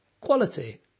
quality